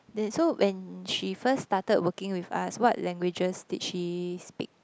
so when she first started working with us what languages did she speak